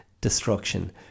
destruction